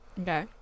Okay